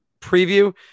preview